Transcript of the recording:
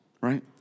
right